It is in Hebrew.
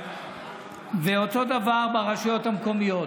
ואותו דבר ברשויות המקומיות.